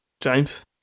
James